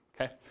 okay